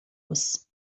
aus